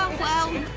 well?